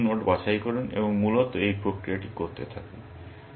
আপনি কিছু নোড বাছাই করুন এবং মূলত এই প্রক্রিয়াটি করতে থাকুন